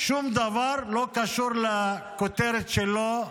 שום דבר לא קשור לכותרת שלו,